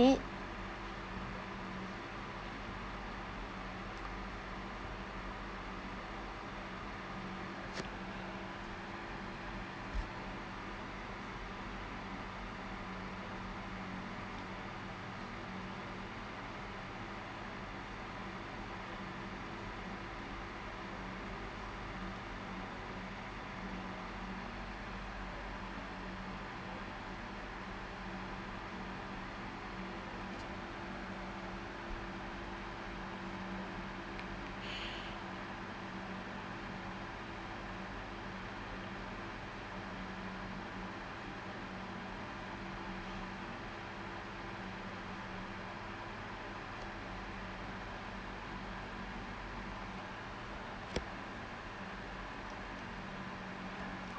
it